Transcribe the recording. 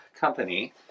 company